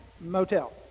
motel